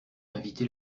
invité